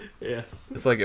Yes